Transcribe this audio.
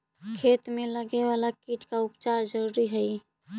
खेत में लगे वाला कीट का उपचार जरूरी हई